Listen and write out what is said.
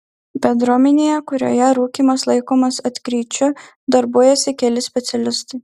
bendruomenėje kurioje rūkymas laikomas atkryčiu darbuojasi keli specialistai